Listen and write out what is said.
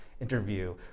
interview